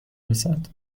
رسد